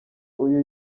uyu